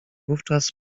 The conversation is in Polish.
wówczas